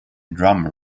drama